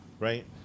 Right